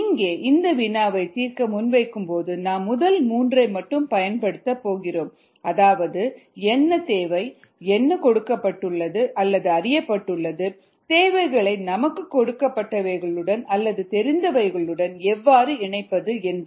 இங்கே இந்த வினாவின் தீர்வை முன்வைக்கும்போது நாம் முதல் 3 ஐ மட்டுமே பயன்படுத்த போகிறோம் அதாவது என்ன தேவை என்ன கொடுக்கப்பட்டுள்ளது அல்லது அறியப்பட்டுள்ளது தேவைகளை நமக்கு கொடுக்கப்பட்டவைகளுடன் அல்லது தெரிந்தவைகளுடன் எவ்வாறு இணைப்பது என்று